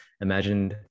imagine